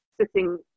sitting